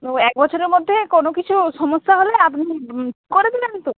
ও এক বছরের মধ্যে কোনো কিছু সমস্যা হলে আপনি করে দেবেন তো